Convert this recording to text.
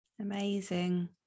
Amazing